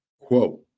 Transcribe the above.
Quote